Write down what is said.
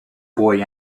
boy